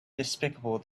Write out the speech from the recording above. despicable